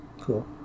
Cool